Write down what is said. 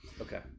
Okay